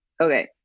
okay